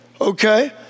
Okay